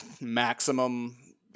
maximum